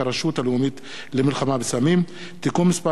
בהצעת חוק הרשות הלאומית למלחמה בסמים (תיקון מס'